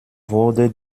wurde